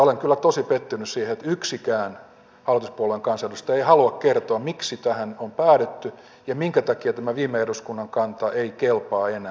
olen kyllä tosi pettynyt siihen että yksikään hallituspuolueen kansanedustaja ei halua kertoa miksi tähän on päädytty ja minkä takia tämä viime eduskunnan kanta ei kelpaa enää